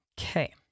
Okay